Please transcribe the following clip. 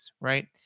Right